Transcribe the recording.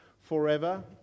forever